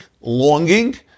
longing